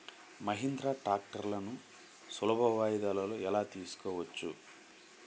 మహీంద్రా ట్రాక్టర్లను సులభ వాయిదాలలో ఎలా తీసుకోవచ్చు?